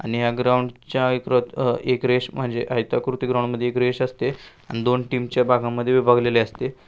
आणि या ग्राउंडच्या एक रोत एक रेष म्हणजे आयताकृती ग्राउंडमध्ये एक रेष असते आणि दोन टीमच्या भागामध्ये विभागलेली असते